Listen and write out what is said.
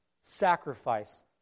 sacrifice